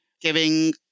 giving